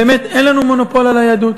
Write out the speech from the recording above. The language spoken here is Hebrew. באמת אין לנו מונופול על היהדות,